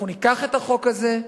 אנחנו ניקח את החוק הזה,